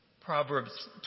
proverbs